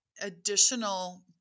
additional